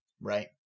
Right